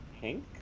pink